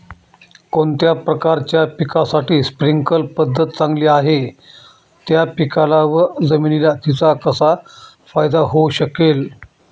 कोणत्या प्रकारच्या पिकासाठी स्प्रिंकल पद्धत चांगली आहे? त्या पिकाला व जमिनीला तिचा कसा फायदा होऊ शकेल?